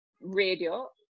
radio